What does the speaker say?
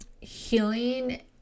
healing